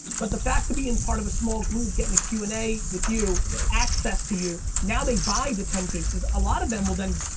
but the fact of be in part of a small group, getting a q and a with you, access to you, now they buy the ten cases. a lot of them will then,